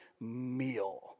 meal